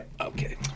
okay